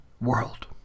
world